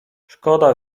szkoda